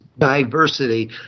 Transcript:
Diversity